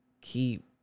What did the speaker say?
keep